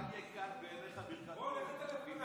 אל תקל בעיניך ברכת כוהן,